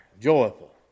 joyful